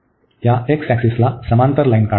या x ऍक्सिसला समांतर लाईन काढा